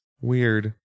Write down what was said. weird